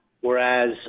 whereas